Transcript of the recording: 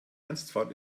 ernstfall